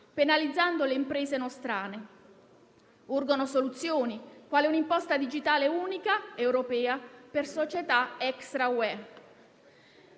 penalizzando le imprese nostrane. Urgono soluzioni quale un'imposta digitale unica europea per società extraeuropee.